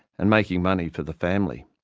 and making money for the family.